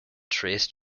trace